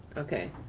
okay.